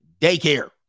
daycare